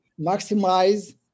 maximize